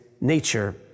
nature